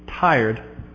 tired